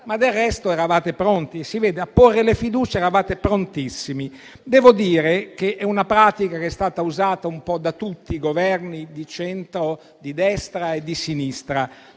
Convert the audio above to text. Del resto eravate pronti, e si vede. A porre le questioni di fiducia eravate prontissimi! Devo dire che è una pratica usata un po' da tutti i Governi, di centro, di destra e di sinistra.